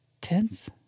Tense